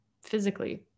Physically